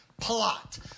Plot